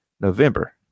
November